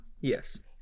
Yes